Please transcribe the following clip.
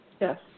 Yes